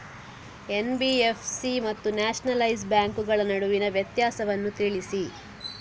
NBFC ಮತ್ತು nationalise ಬ್ಯಾಂಕುಗಳ ನಡುವಿನ ವ್ಯತ್ಯಾಸವನ್ನು ತಿಳಿಸಿ?